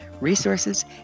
resources